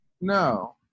No